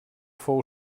fou